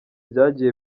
byagiye